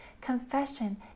Confession